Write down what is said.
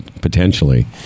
potentially